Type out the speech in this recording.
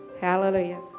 Hallelujah